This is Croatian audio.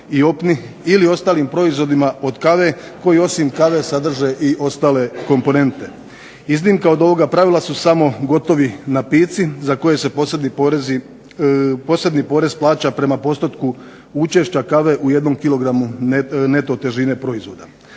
ili ostalim proizvodima od kave koji osim kave sadrže i ostale komponente. Iznimka od ovoga pravila su samo gotovi napici za koje se posebni porez plaća prema postotku učešća kave u 1kg neto težine proizvoda.